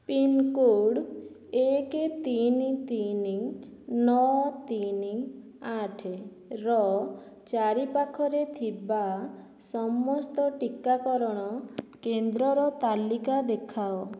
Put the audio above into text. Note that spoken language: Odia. ପିନ୍କୋଡ଼୍ ଏକ ତିନି ତିନି ନଅ ତିନି ଆଠର ଚାରିପାଖରେ ଥିବା ସମସ୍ତ ଟିକାକରଣ କେନ୍ଦ୍ରର ତାଲିକା ଦେଖାଅ